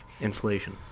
Inflation